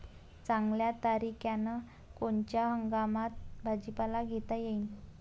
चांगल्या तरीक्यानं कोनच्या हंगामात भाजीपाला घेता येईन?